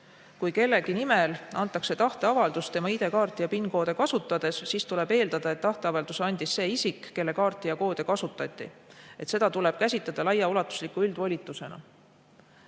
kui kellegi nimel antakse tahteavaldus tema ID‑kaarti ja PIN‑koode kasutades, siis tuleb eeldada, et tahteavalduse andis see isik, kelle kaarti ja koode kasutati. Seda tuleb käsitleda laiaulatusliku üldvolitusena.